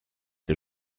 que